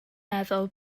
meddwl